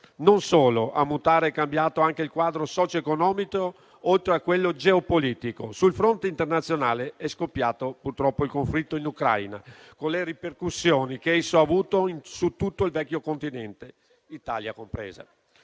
Non solo: è cambiato anche il quadro socioeconomico oltre a quello geopolitico, poiché sul fronte internazionale è scoppiato purtroppo il conflitto in Ucraina, con le ripercussioni che esso ha avuto su tutto il vecchio continente, Italia compresa.